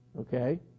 Okay